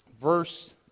verse